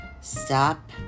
stop